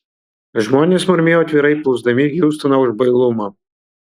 žmonės murmėjo atvirai plūsdami hiustoną už bailumą